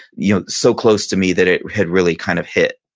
you know so close to me that it had really kind of hit,